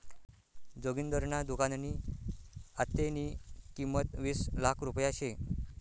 जोगिंदरना दुकाननी आत्तेनी किंमत वीस लाख रुपया शे